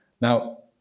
Now